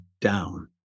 down